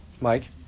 Mike